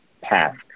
path